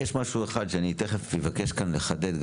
יש משהו אחד שמיד אבקש כאן לחדד.